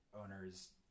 owners